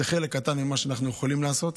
זה חלק קטן ממה שאנחנו יכולים לעשות.